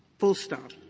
full stop,